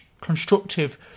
constructive